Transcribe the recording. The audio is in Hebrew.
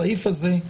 הסעיף הזה,